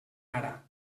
ara